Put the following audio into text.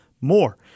more